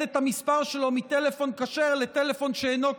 את המספר שלו מטלפון כשר לטלפון שאינו כשר.